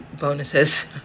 bonuses